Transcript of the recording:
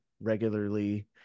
regularly